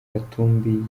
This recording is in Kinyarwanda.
katumbi